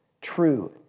true